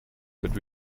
that